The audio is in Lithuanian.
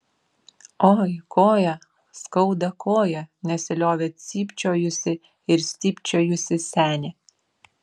oi koją skauda koją nesiliovė cypčiojusi ir stypčiojusi senė